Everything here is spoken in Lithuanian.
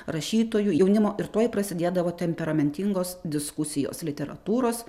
rašytojų jaunimo ir tuoj prasidėdavo temperamentingos diskusijos literatūros